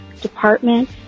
department